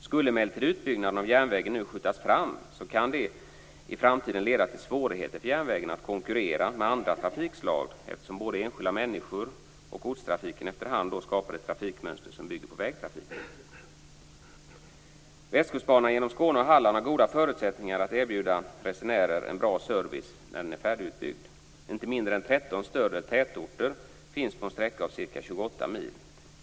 Skulle emellertid utbyggnaden av järnvägen nu skjutas fram kan det i framtiden leda till svårigheter för järnvägen att konkurrera med andra trafikslag, eftersom både enskilda människor och godstrafiken efter hand skapar ett trafikmönster som bygger på vägtrafiken. Västkustbanan genom Skåne och Halland har goda förutsättningar att erbjuda resenärer en bra service när den är färdigutbyggd. Inte mindre än 13 större tätorter finns på en sträcka av ca 28 mil.